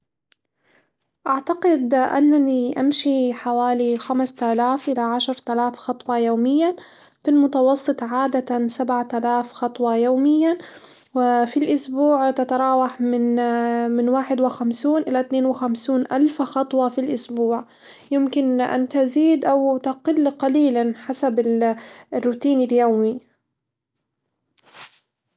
أعتقد أنني أمشي حوالي خمسة آلاف إلى عشر تلاف خطوة يوميًا، في المتوسط عادة سبعة آلاف خطوة يوميًا، وفي الأسبوع تتراوح من من واحد وخمسون إلى اتنين وخمسون ألف خطوة في الأسبوع، يمكن أن تزيد أو تقل قليلًا حسب الروتين اليومي.